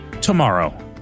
tomorrow